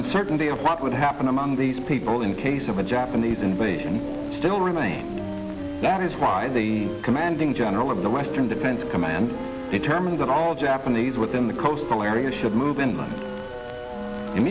uncertainty about what happened among these people in case of a japanese invasion still remains that is why the commanding general of the western defense command determined that all japanese within the coastal area should move in i